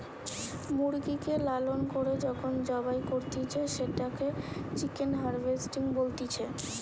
মুরগিকে লালন করে যখন জবাই করতিছে, সেটোকে চিকেন হার্ভেস্টিং বলতিছে